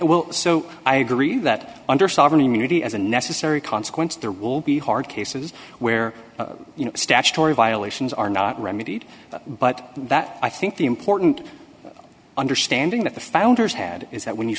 well so i agree that under sovereign immunity as a necessary consequence there will be hard cases where statutory violations are not remedied but that i think the important understanding that the founders had is that when you